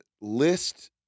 list